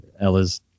Ella's